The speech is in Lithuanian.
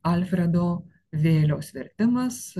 alfredo vėliaus vertimas